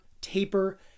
taper